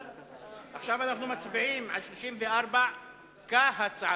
קבוצת סיעת חד"ש, קבוצת סיעת בל"ד,